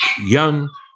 young